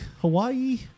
Hawaii